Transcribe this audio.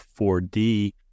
4D